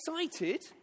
excited